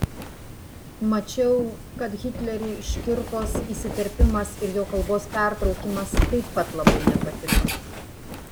mačiau kad hitleriui škirpos įsiterpimas ir jo kalbos pertraukimas taip pat labai nepatiko